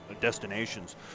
Destinations